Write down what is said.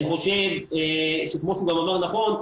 אני חושב שכמו שהוא גם אמר נכון,